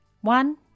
one